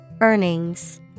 Earnings